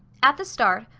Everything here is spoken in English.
at the start,